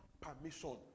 permission